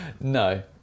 No